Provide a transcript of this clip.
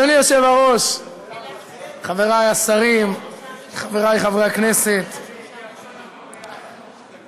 התשע"ח 2017, של חבר הכנסת סמוּטריץ.